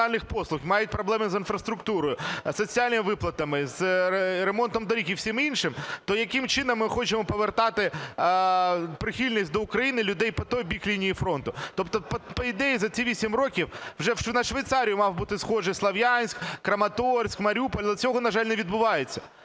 мають проблеми з інфраструктурою, з соціальними виплатами, з ремонтом доріг і всім іншим, то яким чином ми хочемо повертати прихильність до України людей по той бік лінії фронту? Тобто по ідеї за ці 8 років вже на Швейцарію мав би бути схожий Слов'янськ, Краматорськ, Маріуполь. Але цього, на жаль, не відбувається.